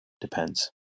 depends